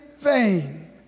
vain